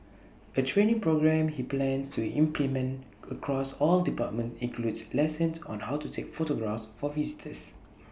A training programme he plans to implement across all departments includes lessons on how to take photographs for visitors